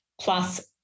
plus